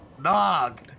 Nog